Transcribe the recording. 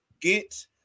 get